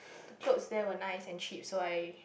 the clothes there were nice and cheap so I